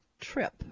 trip